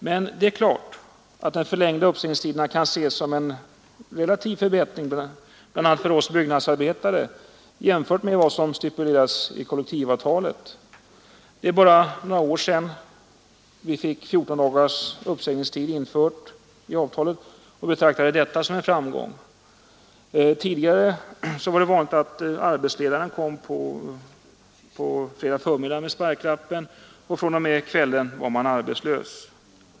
Men det är klart att den förlängda uppsägningstiden kan ses som en relativ förbättring bl.a. för oss byggnadsarbetare jämfört med vad som stipuleras i kollektivavtalet. Det är bara några år sedan vi fick en 14 dagars uppsägningstid införd i avtalet och vi betraktade detta som en framgång. Tidigare var det vanligt att arbetsledaren kom på fredagsförmiddagen med sparklappen, och från och med kvällen var man arbetslös.